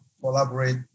collaborate